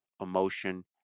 emotion